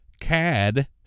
CAD